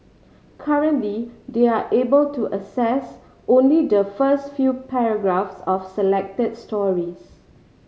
currently they are able to access only the first few paragraphs of selected stories